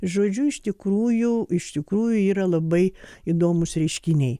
žodžiu iš tikrųjų iš tikrųjų yra labai įdomūs reiškiniai